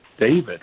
David